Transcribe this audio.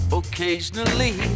occasionally